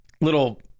little